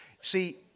See